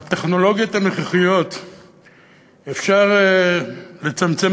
בטכנולוגיות הנוכחיות אפשר לצמצם